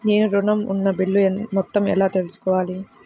నేను ఋణం ఉన్న బిల్లు మొత్తం ఎలా తెలుసుకోవాలి?